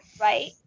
Right